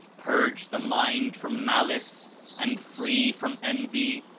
purge the mind from malice and, free from envy,